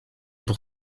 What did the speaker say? pour